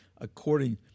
according